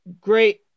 great